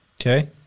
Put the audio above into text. Okay